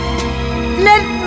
let